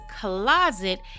closet